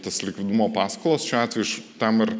tas likvidumo paskolas šiuo atveju šitam ir